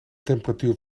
temperatuur